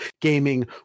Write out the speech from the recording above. gaming